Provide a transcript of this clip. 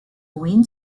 wind